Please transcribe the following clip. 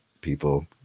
people